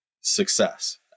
success